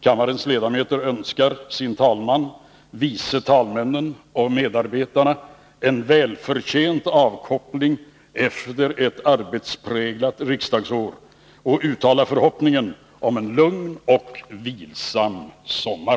Kammarens ledamöter önskar sin talman, vice talmännen och medarbetarna en välförtjänt avkoppling efter ett arbetspräglat riksdagsår och uttalar förhoppningen om en lugn och vilsam sommar.